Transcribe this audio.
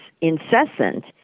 incessant